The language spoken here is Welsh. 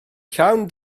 llawn